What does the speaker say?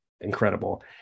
incredible